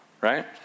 right